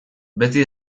beti